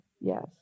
Yes